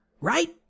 right